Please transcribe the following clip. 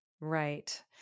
Right